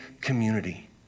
community